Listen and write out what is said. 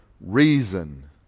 reason